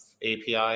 API